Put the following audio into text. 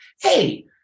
Hey